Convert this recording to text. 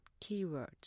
keywords